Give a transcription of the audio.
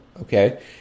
okay